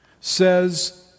says